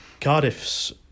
Cardiff's